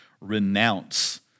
renounce